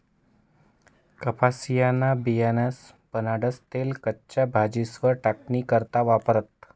कपाशीन्या बियास्पाईन बनाडेल तेल कच्च्या भाजीस्वर टाकानी करता वापरतस